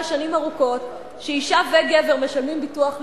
אחרי שנים ארוכות שאשה וגבר משלמים ביטוח לאומי,